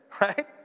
right